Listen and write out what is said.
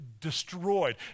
destroyed